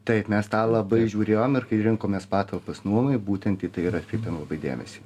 taip mes tą labai žiūrėjom ir kai rinkomės patalpas nuomai būtent į tai ir atkreipėm dėmesį